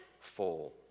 full